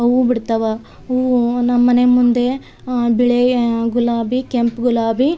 ಹೂವು ಬಿಡ್ತಾವೆ ಹೂವು ನಮ್ಮಮನೆ ಮುಂದೆ ಬಿಳಿ ಗುಲಾಬಿ ಕೆಂಪು ಗುಲಾಬಿ